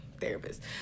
therapist